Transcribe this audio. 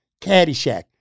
Caddyshack